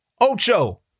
Ocho